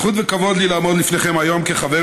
זכות וכבוד לי לעמוד לפניכם היום כחבר